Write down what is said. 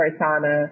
persona